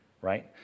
right